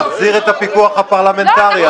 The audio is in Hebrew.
תחזיר את הפיקוח הפרלמנטרי,